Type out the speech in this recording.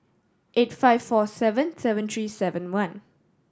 eight five four seven seven three seven one